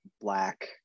black